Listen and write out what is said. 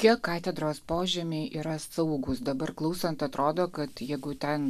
kiek katedros požemiai yra saugūs dabar klausant atrodo kad jeigu ten